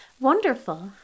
Wonderful